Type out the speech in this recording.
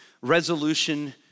resolution